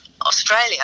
Australia